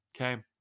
Okay